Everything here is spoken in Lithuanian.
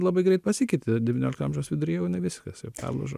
labai greit pasikeitė devyniolikto amžiaus vidury jau jinai viskas jau perlūžo